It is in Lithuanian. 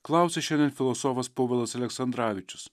klausė šiandien filosofas povilas aleksandravičius